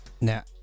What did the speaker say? Now